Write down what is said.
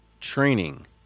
Training